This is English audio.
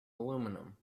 aluminium